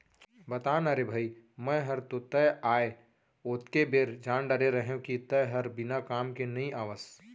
बता ना रे भई मैं हर तो तैं आय ओतके बेर जान डारे रहेव कि तैं हर बिना काम के नइ आवस